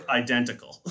identical